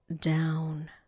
down